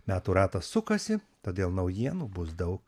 metų ratas sukasi todėl naujienų bus daug